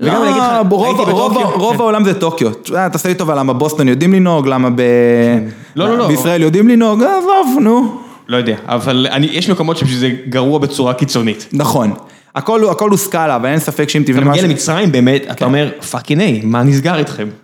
רוב העולם זה טוקיו, תעשה לי טובה, למה בוסטון יודעים לנהוג, למה בישראל יודעים לנהוג, אה עזוב, נו. לא יודע, אבל יש מקומות שזה גרוע בצורה קיצונית. נכון, הכל הוא סקאלה, ואין ספק שאם תבנה משהו. כשאתה מגיע למצרים באמת, אתה אומר פאקינג איי, מה נסגר איתכם.